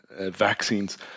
vaccines